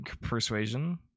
persuasion